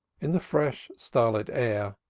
in the fresh starlit air,